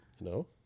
No